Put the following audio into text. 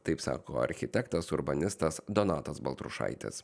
taip sako architektas urbanistas donatas baltrušaitis